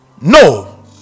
No